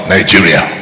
Nigeria